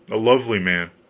a lovely man,